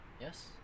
Yes